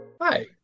Hi